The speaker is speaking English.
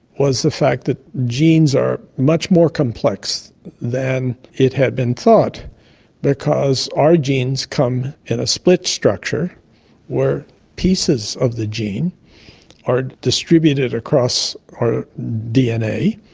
was the fact that genes are much more complex than it had been thought because our genes come in a split structure where pieces of the gene are distributed across our dna.